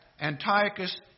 Antiochus